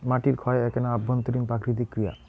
মাটির ক্ষয় এ্যাকনা অভ্যন্তরীণ প্রাকৃতিক ক্রিয়া